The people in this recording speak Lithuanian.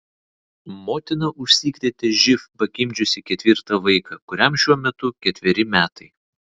motina užsikrėtė živ pagimdžiusi ketvirtą vaiką kuriam šiuo metu ketveri metai